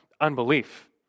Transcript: unbelief